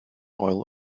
oil